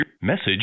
Message